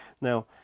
Now